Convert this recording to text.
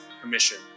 Commission